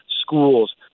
schools